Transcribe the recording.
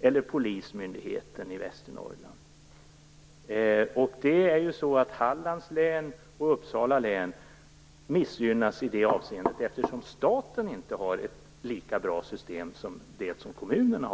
eller polismyndigheten i Västernorrland. Hallands län och Uppsala län missgynnas i det avseendet eftersom staten inte har ett lika bra system som kommunerna.